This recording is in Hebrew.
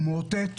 הוא מאותת,